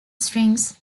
strings